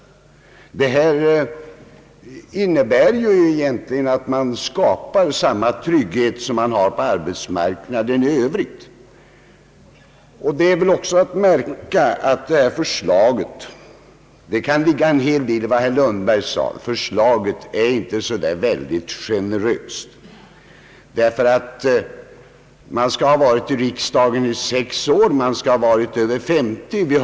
Detta förslag innebär egentligen att man skapar samma trygghet som man har på arbetsmarknaden i övrigt. Det är väl också att märka, att det kan sägas ligga en hel del i vad herr Lundberg sade om att förslaget inte är så särdeles generöst. Man skall nämligen ha varit i riksdagen i sex år och vara över 50 år gammal.